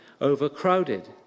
overcrowded